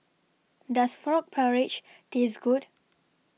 Does Frog Porridge Taste Good